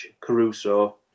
Caruso